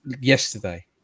yesterday